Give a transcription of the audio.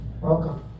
Welcome